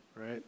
Right